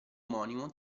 omonimo